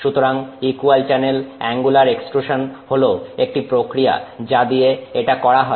সুতরাং equal channel angular extrusion হল একটা প্রক্রিয়া যা দিয়ে এটা করা হয়